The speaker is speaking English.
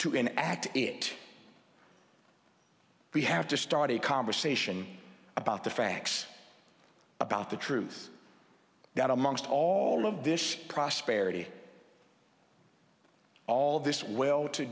be an act it we have to start a conversation about the facts about the truth that amongst all of this prosperity all of this well to